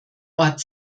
ort